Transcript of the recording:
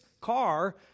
car